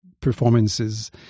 performances